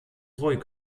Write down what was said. ruhig